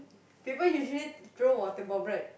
people usually throw water bomb right